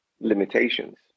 Limitations